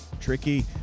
Tricky